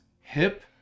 hip